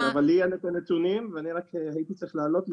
כן אבל לי אין את הנתונים ואני רק הייתי צריך לעלות מצידי.